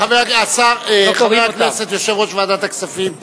חבר הכנסת, יושב-ראש ועדת הכספים גפני,